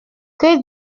que